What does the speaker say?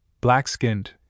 black-skinned